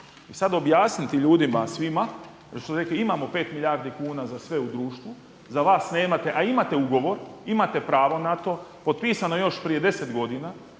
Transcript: I sada objasniti ljudima svima … imamo pet milijardi kuna za sve u društvu, za vas nemamo, a imate ugovor, imate pravo na to, potpisano je još prije deset godina